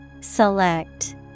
Select